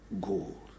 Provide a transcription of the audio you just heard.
gold